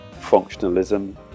functionalism